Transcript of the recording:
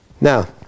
Now